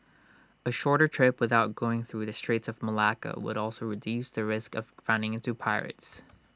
A shorter trip without going through the straits of Malacca would also reduce the risk of running into pirates